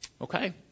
Okay